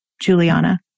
Juliana